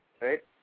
right